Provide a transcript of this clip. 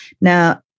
Now